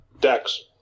Dex